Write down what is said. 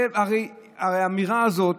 האמירה הזו,